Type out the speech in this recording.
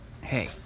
hey